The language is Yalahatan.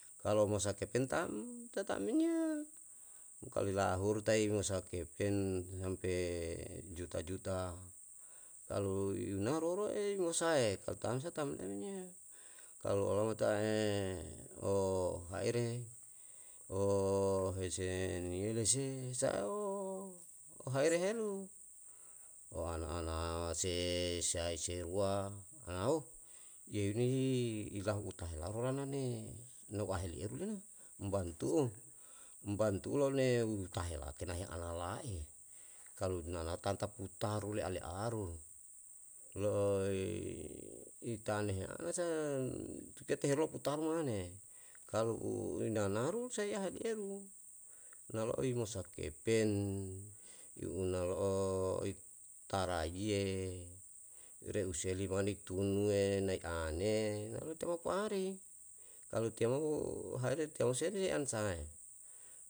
kalo mosa kepen tam, ta tam men yo, mo kalu ilahuru tai mosa kepen hampe juta juta kalu ina roro'e mo sae kalu tamsa tam men yo. Kalu olama ta'e ohaire, ohese niyele se sa'o haere helu, o ana anase sae se rua, yeunihi ilahu utahe ralolana ne nau aheli eru le na bantu'u, bantu'u lone utahela'tena heana lai, kalu nana tanta putaru le'e ale aru. Lo'o i itane heana sa ke tehelo putaru mane kalu u inanaru sai ahelielu? Nalo'oi me sakepen i uanalo'o itariye, reusalema ni tunuwe naikane namete makuari, kalu timou haere teon se le an sahae?